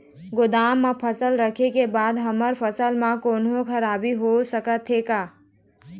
गोदाम मा फसल रखें के बाद हमर फसल मा कोन्हों खराबी होथे सकथे का?